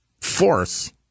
force